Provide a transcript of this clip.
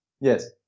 Yes